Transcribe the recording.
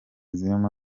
zirimo